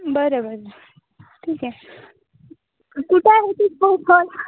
बरं बरं ठीक आहे कुठं होती